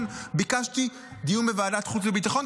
ביקשתי דיון בוועדת החוץ והביטחון,